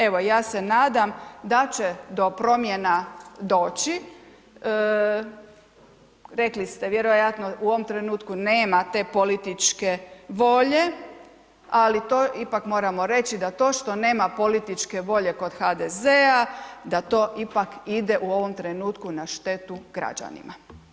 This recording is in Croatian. Evo ja se nadam da će do promjena doći, rekli ste vjerojatno u ovom trenutku nema te političke volje, ali to ipak moramo reći, da to što nema političke volje kod HDZ-a da to ipak ide u ovom trenutku na štetu građanima.